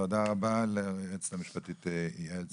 תודה רבה ליועצת המשפט, יעל סלנט.